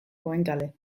goenkale